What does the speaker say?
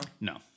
No